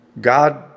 God